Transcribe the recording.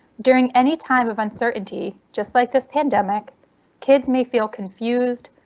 during any time of uncertainty just like this pandemic kids may feel confused,